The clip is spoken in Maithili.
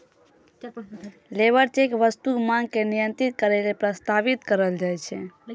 लेबर चेक वस्तुक मांग के नियंत्रित करै लेल प्रस्तावित कैल जाइ छै